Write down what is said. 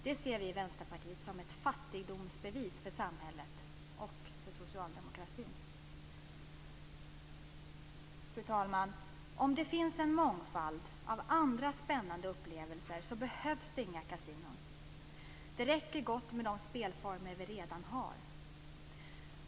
Det ser vi i Vänsterpartiet som ett fattigdomsbevis för samhället och för socialdemokratin. Fru talman! Om det finns en mångfald av andra spännande upplevelser behövs det inga kasinon. Det räcker gott med de spelformer vi redan har.